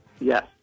Yes